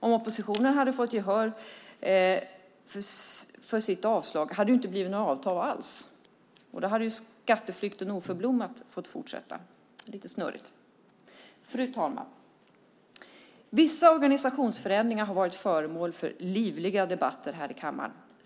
Om oppositionen hade fått gehör för sitt avslag hade det ju inte blivit några avtal alls, och skatteflykten hade oförblommerat fått fortsätta. Lite snurrigt. Fru talman! Vissa organisationsförändringar har varit föremål för livliga debatter här i kammaren.